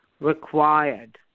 required